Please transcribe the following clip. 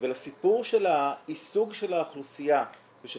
ולסיפור של העיסוק של האוכלוסייה ושל